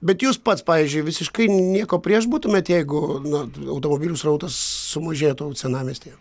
bet jūs pats pavyzdžiui visiškai nieko prieš būtumėt jeigu na automobilių srautas sumažėtų senamiestyje